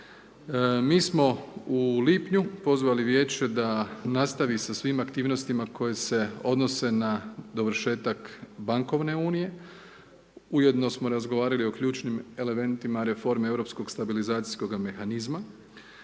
Mi smo u lipnju pozvali Vijeće da nastavi sa svim aktivnostima koje se odnose na dovršetak bankovne unije, ujedno smo razgovarali o ključnim elementima reforme europskog stabilizacijskog mehanizma.